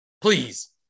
Please